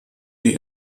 die